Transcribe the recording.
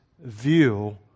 view